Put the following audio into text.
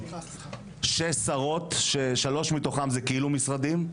שש שרות ששלוש מתוכן זה כאילו משרדים,